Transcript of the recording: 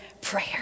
prayer